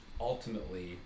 ultimately